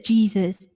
Jesus